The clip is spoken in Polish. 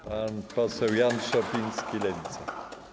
Pan poseł Jan Szopiński, Lewica.